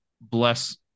bless